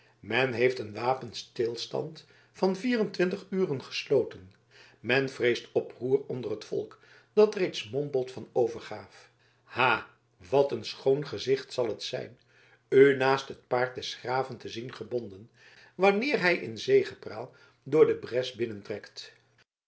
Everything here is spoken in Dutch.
men heeft een wapenstilstand van vier en twintig uren gesloten men vreest oproer onder t volk dat reeds mompelt van overgaaf ha wat een schoon gezicht zal het zijn u naast het paard des graven te zien gebonden wanneer hij in zegepraal door de bres binnentrekt